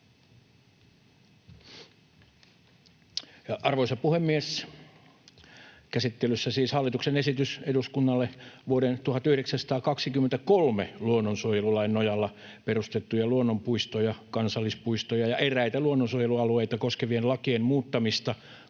Arvoisa puhemies! Käsittelyssä on siis hallituksen esitys eduskunnalle vuoden 1923 luonnonsuojelulain nojalla perustettuja luonnonpuistoja, kansallispuistoja ja eräitä luonnonsuojelualueita koskevien lakien muuttamista